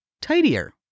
tidier